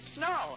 No